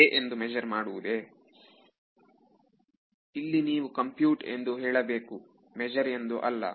ವಿದ್ಯಾರ್ಥಿ a ಎಂದು measure ಮಾಡುವುದೇ ಇಲ್ಲಿ ನೀವು ಕಂಪ್ಯೂಟ್ ಎಂದು ಹೇಳಬೇಕು ಮೆಜರ್ ಎಂದು ಅಲ್ಲ